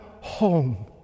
home